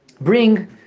bring